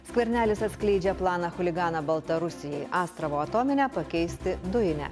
skvernelis atskleidžia planą chuliganą baltarusijai astravo atominę pakeisti dujine